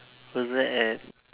was that at